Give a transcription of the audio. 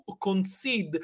concede